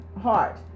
heart